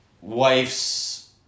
Wife's